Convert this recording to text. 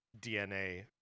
DNA